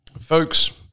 Folks